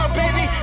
baby